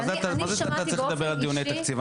מה זה אתה צריך לדבר על דיוני תקציב?